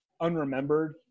unremembered